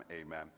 Amen